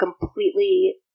completely